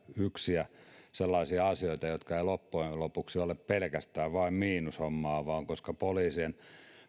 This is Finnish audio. yksi näitä sellaisia asioita jotka eivät loppujen lopuksi ole pelkästään vain miinushommaa vaan koska poliisien